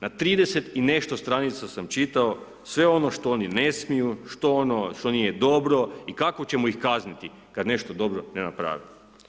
Na 30 i nešto stranica sam čitao sve ono što oni ne smiju, što nije dobro i kako ćemo ih kazniti kad nešto dobro ne naprave.